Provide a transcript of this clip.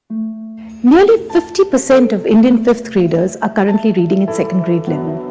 nearly fifty percent of indian fifth graders are currently reading at second grade level.